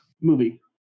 Movie